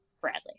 Bradley